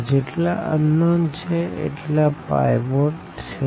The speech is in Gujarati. તો જેટલા અનનોન છે એટલા પાઈવોટ છે